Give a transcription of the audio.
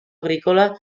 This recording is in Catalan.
agrícola